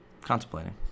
Contemplating